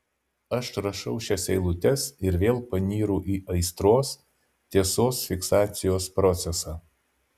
aš rašau šias eilutes ir vėl panyru į aistros tiesos fiksacijos procesą